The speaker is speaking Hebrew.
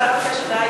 את יכולה לענות לו.